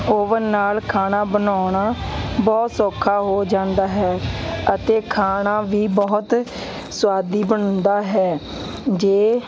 oven ਨਾਲ ਖਾਣਾ ਬਣਾਉਣਾ ਬਹੁਤ ਸੌਖਾ ਹੋ ਜਾਂਦਾ ਹੈ ਅਤੇ ਖਾਣਾ ਵੀ ਬਹੁਤ ਸੁਆਦੀ ਬਣਦਾ ਹੈ ਜੇ